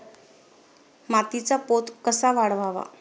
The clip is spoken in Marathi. मातीचा पोत कसा वाढवावा?